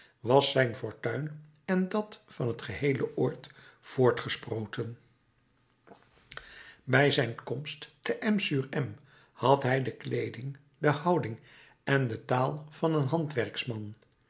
was zijn fortuin en dat van het geheele oord voortgesproten bij zijn komst te m sur m had hij de kleeding de houding en de taal van een handwerksman